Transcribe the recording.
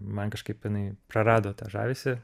man kažkaip jinai prarado tą žavesį